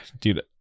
Dude